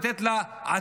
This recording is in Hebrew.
לתת לה עתיד,